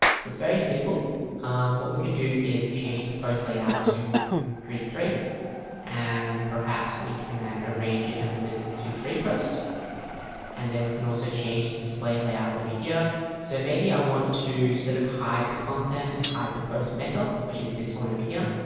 so it's very simple what we could do is change the post layout to three three and perhaps we can arrange it and limits to three posts and then we can also change the display layouts over here so maybe i want to sort of hide the content and hide the post metal, which is this one over here.